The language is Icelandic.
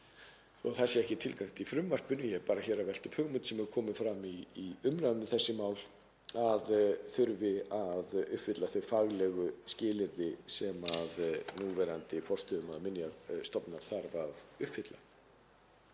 það sé ekki tilgreint í frumvarpinu, ég er bara að velta upp hugmynd sem hefur komið fram í umræðum um þessi mál, þurfi að uppfylla þau faglegu skilyrði sem núverandi forstöðumaður Minjastofnunar þarf að uppfylla.